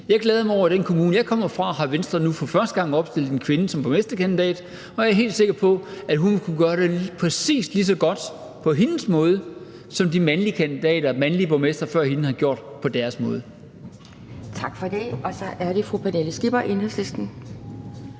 Jeg glæder mig over, at i den kommune, jeg kommer fra, har Venstre nu for første gang opstillet en kvinde som borgmesterkandidat, og jeg er helt sikker på, at hun vil kunne gøre det præcis lige så godt på sin måde, som de mandlige borgmestre før hende har gjort det på deres måde.